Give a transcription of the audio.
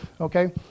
Okay